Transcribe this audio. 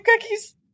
cookies